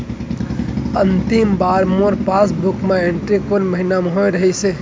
अंतिम बार मोर पासबुक मा एंट्री कोन महीना म होय रहिस?